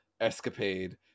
escapade